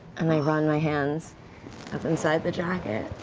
and i run my hands up inside the jacket.